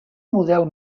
model